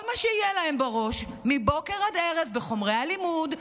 כל מה שיהיה להם בראש מבוקר עד ערב בחומרי הלימוד,